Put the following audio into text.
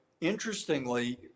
interestingly